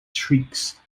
shrieks